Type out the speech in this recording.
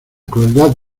crueldad